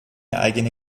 eigene